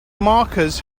markers